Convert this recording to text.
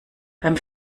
beim